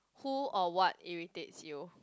who or what irritates you